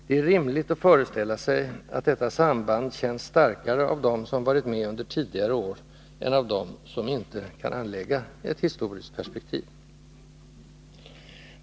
Det är rimligt att föreställa sig att detta samband känns starkare av dem som varit med under tidigare år än av dem som inte kan anlägga ett historiskt perspektiv.